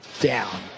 down